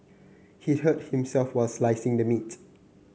he hurt himself while slicing the meat